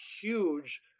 huge